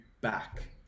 back